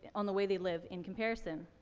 on the way they live in comparison.